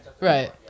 right